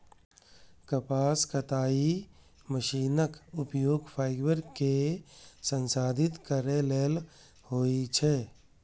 कपास कताइ मशीनक उपयोग फाइबर कें संसाधित करै लेल होइ छै